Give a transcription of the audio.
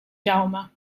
jaume